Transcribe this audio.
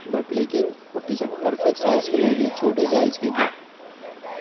but لیکن وہ T shirt perfect size کی نہیں تھی چھوٹی سائز کی تھی